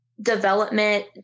development